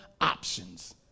options